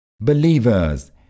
Believers